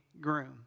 groom